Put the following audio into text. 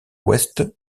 ouest